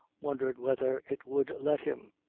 wondered whether it would let him.